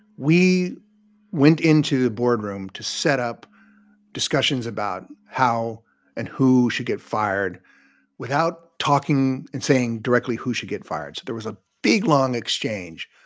we went into the boardroom to set up discussions about how and who should get fired without talking and saying directly who should get fired. so there was a big long exchange,